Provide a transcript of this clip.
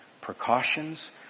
precautions